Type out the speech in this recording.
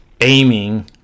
aiming